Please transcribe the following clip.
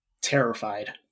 Terrified